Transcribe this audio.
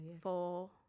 Four